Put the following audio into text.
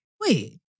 wait